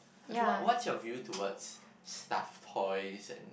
okay what what's your view towards stuffed toys and